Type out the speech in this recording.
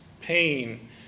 pain